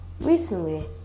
Recently